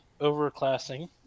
overclassing